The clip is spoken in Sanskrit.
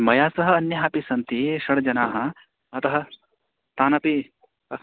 मया सह अन्यः अपि सन्ति षड् जनाः अतः तानपि अह्